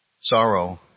Sorrow